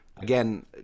Again